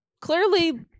clearly